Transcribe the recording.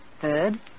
Third